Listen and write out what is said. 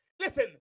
Listen